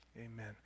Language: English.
Amen